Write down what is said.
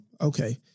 Okay